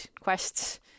quests